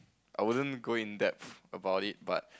I wouldn't go in depth about it but